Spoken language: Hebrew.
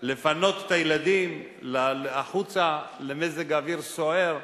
לפנות את הילדים החוצה למזג אוויר סוער?